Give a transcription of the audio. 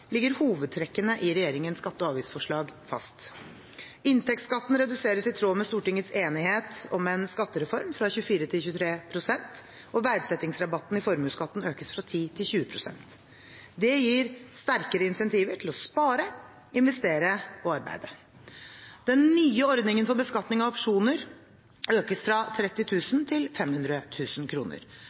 ligger hovedtrekkene i regjeringens skatte- og avgiftsforslag fast. Inntektsskatten reduseres, i tråd med Stortingets enighet om en skattereform, fra 24 pst. til 23 pst., og verdsettingsrabatten i formuesskatten økes fra 10 pst. til 20 pst. Det gir sterkere incentiver til å spare, investere og arbeide. Den nye ordningen for beskatning av opsjoner økes fra 30 000 kr til